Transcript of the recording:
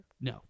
No